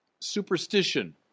superstition